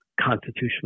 constitutionally